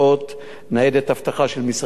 ניידת אבטחה של משרד השיכון,